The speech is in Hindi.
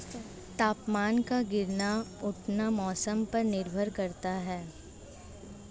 तापमान का गिरना उठना मौसम पर निर्भर करता है